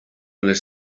les